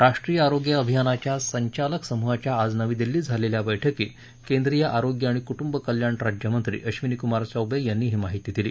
राष्ट्रीय आरोग्य अभियानाच्या संचालक समुहाच्या आज नवी दिल्लीत झालेल्या बळ्कीत केंद्रीय आरोग्य आणि कुंटुब कल्याण राज्यमंत्री अबिनी कुमार चौवे यांनी ही माहिती दिली